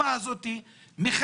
הזה.